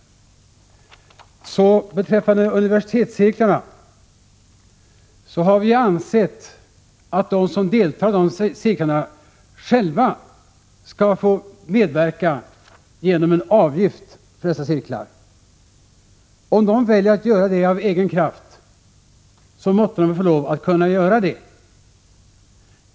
Beträffande universi . tetscirklarna har vi ansett att de som deltar i de cirklarna själva skall få medverka genom en avgift för dessa cirklar. Om de väljer att göra det avegen = Prot. 1986/87:127 kraft, så måtte de väl få lov att göra det!